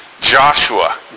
Joshua